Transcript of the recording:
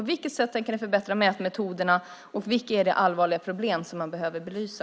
På vilket sätt tänker ni förbättra mätmetoderna och vilket är det allvarliga problem som man behöver belysa?